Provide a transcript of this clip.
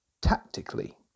tactically